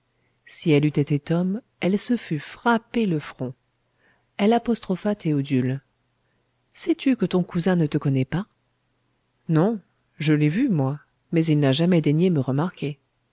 si elle eût été homme elle se fût frappée le front elle apostropha théodule sais-tu que ton cousin ne te connaît pas non je l'ai vu moi mais il n'a jamais daigné me remarquer